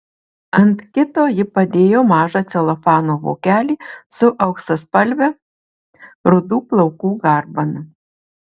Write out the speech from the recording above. ant kito ji padėjo mažą celofano vokelį su auksaspalve rudų plaukų garbana